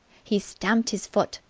he stamped his foot,